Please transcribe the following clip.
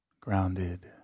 grounded